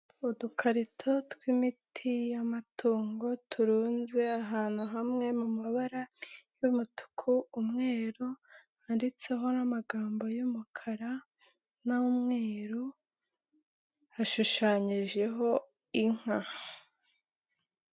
Udukarito tw'imiti y'amatungo turunze ahantu hamwe mu mabara y'umutuku, umweru, handitseho n'amagambo y'umukara n'umweru, hashushanyijeho inka.